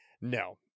No